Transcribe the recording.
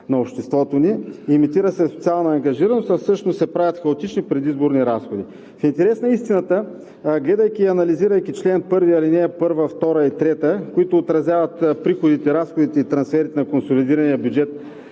на обществото ни, имитира се социална ангажираност, а всъщност се правят хаотични предизборни разходи. В интерес на истината, гледайки и анализирайки чл. 1, ал. 1, 2 и 3, които отразяват приходите, разходите и трансферите на консолидирания бюджет